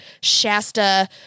Shasta